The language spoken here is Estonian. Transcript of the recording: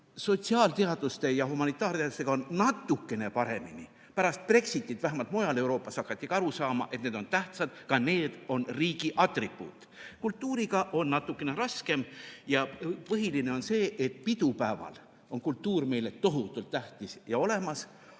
Sotsiaalteaduste ja humanitaarteadustega on natukene paremini. Pärast Brexitit vähemalt hakati mujalgi Euroopas aru saama, et need on tähtsad, ka need on riigi atribuudid. Kultuuriga on natukene raskem. Põhiline on see, et pidupäeval on kultuur meile tohutult tähtis ja olemas.